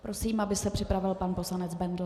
Prosím, aby se připravil pan poslanec Bendl.